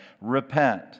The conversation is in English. repent